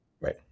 Right